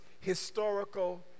historical